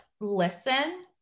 listen